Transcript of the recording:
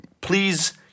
please